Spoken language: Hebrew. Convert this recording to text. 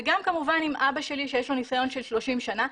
וגם כמובן עם אבא שלי שיש לו ניסיון של 30 שנה.